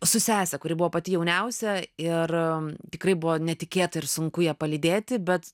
su sese kuri buvo pati jauniausia ir tikrai buvo netikėta ir sunku ją palydėti bet